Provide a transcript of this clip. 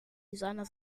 designer